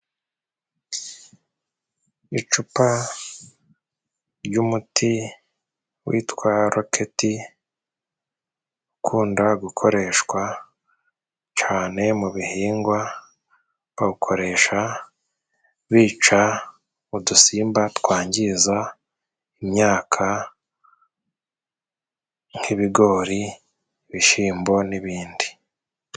Icupa ry'umuti witwa roketi ukunda gukoreshwa cane mu bihingwa, bawukoresha bica udusimba twangiza imyaka nk'ibigori ,ibishimbo n'ibindi.